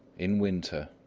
in winter,